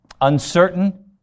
uncertain